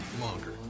longer